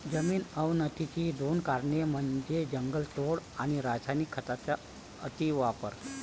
जमीन अवनतीची दोन कारणे म्हणजे जंगलतोड आणि रासायनिक खतांचा अतिवापर